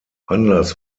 anlass